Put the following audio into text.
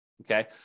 Okay